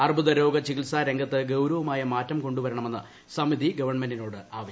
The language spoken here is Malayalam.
അർബുദരോഗ ചികിത്സാരംഗത്ത് ഗൌരവമായ മാറ്റം കൊണ്ടുവരണമെന്ന് സമിതി ഗവൺമെന്റിനോട് ആവശ്യപ്പെട്ടു